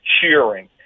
cheering